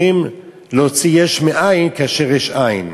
צריכים להוציא יש מאין כאשר יש אין.